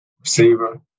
receiver